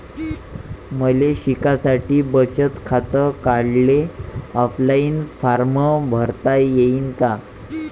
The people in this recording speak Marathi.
मले शिकासाठी बचत खात काढाले ऑनलाईन फारम भरता येईन का?